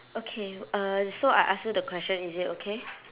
okay uh so I ask you the question is it okay